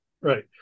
Right